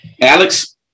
Alex